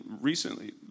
recently